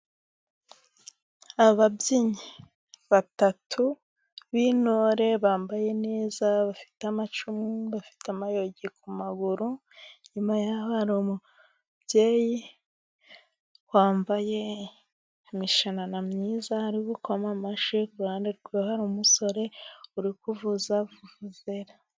Ababyinnyi batatu, b'intore bambaye neza, bafite amacumu, bafite amayugi ku maguru, inyuma yaho umubyeyi wambaye imishanana myiza, ari gukoma amashyi, ku ruhande rwe hari umusore uri kuvuza vuvuzera.